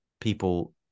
people